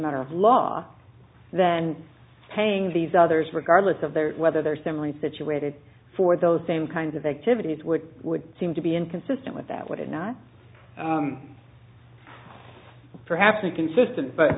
matter of law then paying these others regardless of their whether they're similarly situated for those same kinds of activities which would seem to be inconsistent with that would it not perhaps a consistent but